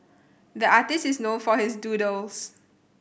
the artist is known for his doodles